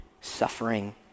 suffering